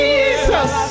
Jesus